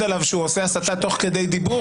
עליו שהוא עושה הסתה תוך כדי דיבור,